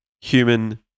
human